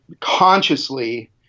consciously